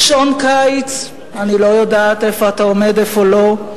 שעון קיץ, אני לא יודעת איפה אתה עומד, איפה לא.